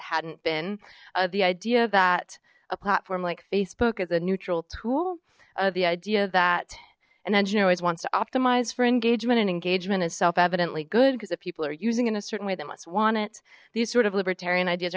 hadn't been the idea that a platform like facebook is a neutral tool the idea that an engineer always wants to optimize for engagement and engagement is self evidently good because if people are using in a certain way they must want it these sort of libertarian ideas